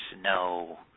no